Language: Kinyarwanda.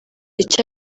icyo